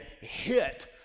hit